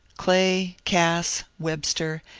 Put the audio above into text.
clay, cass, webster,